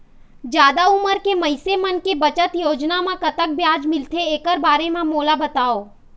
जादा उमर के मइनसे मन के बचत योजना म कतक ब्याज मिलथे एकर बारे म मोला बताव?